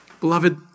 Beloved